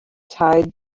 tied